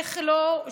איך לא,